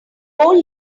old